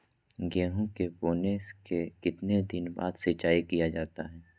गेंहू के बोने के कितने दिन बाद सिंचाई किया जाता है?